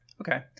Okay